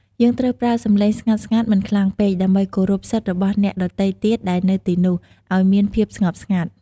យើងត្រូវប្រើសំឡេងស្ងាត់ៗ មិនខ្លាំងពេក ដើម្បីគោរពសិទ្ធិរបស់អ្នកដទៃទៀតដែលនៅទីនោះ ឲ្យមានភាពស្ងប់ស្ងាត់។